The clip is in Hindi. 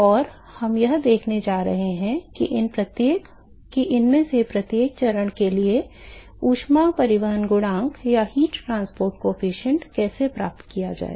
और हम यह देखने जा रहे हैं कि इनमें से प्रत्येक चरण के लिए ऊष्मा परिवहन गुणांक कैसे प्राप्त किया जाए